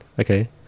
Okay